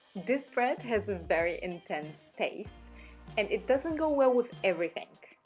this bread has a very intense taste and it doesn't go well with everything.